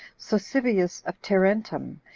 sosibius of tarentum,